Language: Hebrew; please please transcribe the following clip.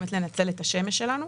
באמת לנצל את השמש שלנו,